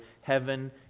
heaven